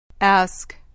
Ask